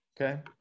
Okay